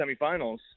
semifinals